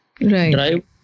right